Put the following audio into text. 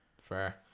Fair